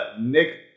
Nick